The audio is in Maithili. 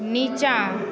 नीचाँ